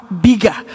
bigger